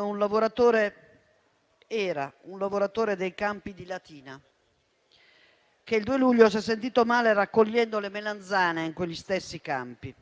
un lavoratore - era un lavoratore - dei campi di Latina, che il 2 luglio si è sentito male, raccogliendo le melanzane in quegli stessi campi